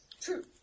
True